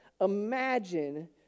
imagine